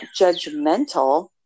judgmental